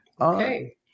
Okay